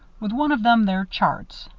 with one of them there charts,